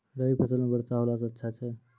रवी फसल म वर्षा होला से अच्छा छै?